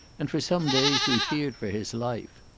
and for some days we feared for his life.